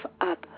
up